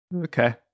Okay